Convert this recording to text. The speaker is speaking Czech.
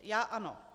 Já ano.